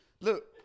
Look